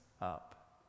up